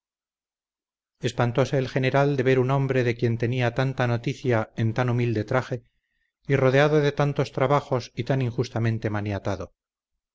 espantóse el general de ver un hombre de quien tenía tanta noticia en tan humilde traje y rodeado de tantos trabajos y tan injustamente maniatado